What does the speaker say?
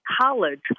college